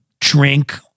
drink